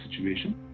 situation